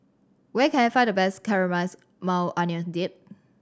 where can I find the best Caramelized Maui Onion Dip